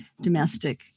domestic